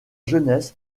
jeunesse